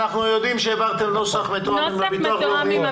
אנחנו יודעים שהעברתם נוסח מתואם עם הביטוח הלאומי.